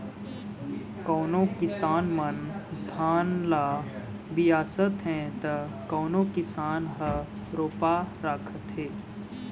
कोनो किसान मन धान ल बियासथे त कोनो किसान ह रोपा राखथे